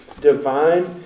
Divine